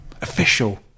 Official